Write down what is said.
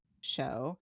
show